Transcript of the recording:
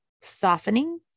softening